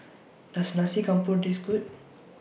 Does Nasi Campur Taste Good